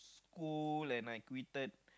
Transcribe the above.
school and I quitted